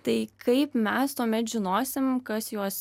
tai kaip mes tuomet žinosim kas juos